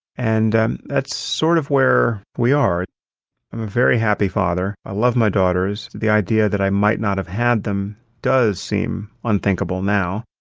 and that's sort of where we are. i'm a very happy father. i love my daughters. the idea that i might not have had them does seem unthinkable now.